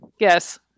Yes